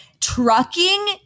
trucking